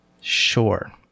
Sure